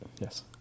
Yes